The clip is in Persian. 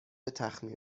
تخمیر